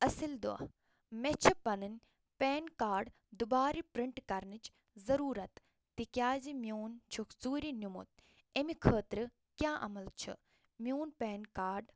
اصٕل دۄہ مےٚ چھِ پنٕنۍ پین کارڈ دُبارٕ پٔرنٛٹ کرنٕچ ضُروٗرت تِکیٛازِ میون چھُکھ ژوٗرِ نِمُت امہِ خٲطرٕ کیٛاہ عمل چھِ میون پین کارڈ